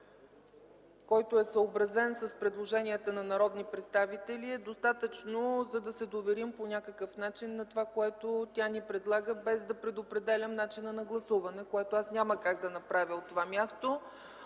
който е съобразен с предложенията на народни представители, е достатъчен, за да се доверим по някакъв начин на това, което тя ни предлага, без да предопределям начина на гласуване, което аз няма как да направя от това място.